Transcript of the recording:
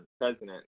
president